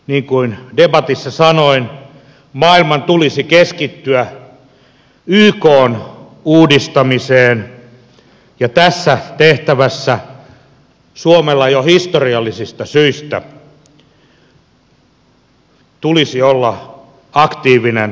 niin kuin debatissa sanoin maailman tulisi keskittyä ykn uudistamiseen ja tässä tehtävässä suomella jo historiallisista syistä tulisi olla aktiivinen aloitteentekijän rooli